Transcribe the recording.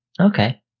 Okay